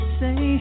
say